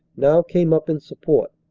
now came up in sup port.